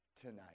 tonight